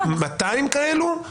200 כאלה?